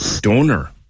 donor